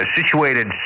situated